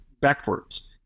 backwards